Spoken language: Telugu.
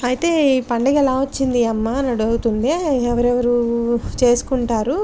అయితే ఈ పండుగ ఎలా వచ్చింది అమ్మ అడుగుతుంది ఎవరెవరు చేసుకుంటారు